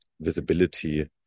visibility